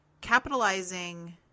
capitalizing